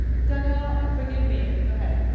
donnell, forgive me, go ahead.